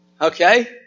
Okay